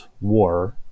war